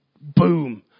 boom